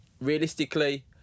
realistically